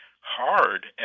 hard